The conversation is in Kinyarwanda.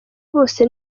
bose